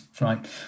right